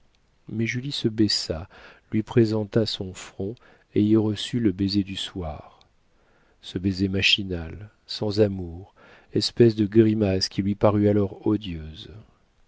mais julie se baissa lui présenta son front et y reçut le baiser du soir ce baiser machinal sans amour espèce de grimace qui lui parut alors odieuse